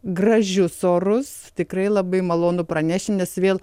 gražius orus tikrai labai malonu pranešti nes vėl